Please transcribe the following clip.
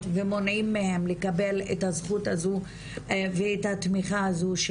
ומונעים מהן לקבל את הזכות הזו והתמיכה הזו,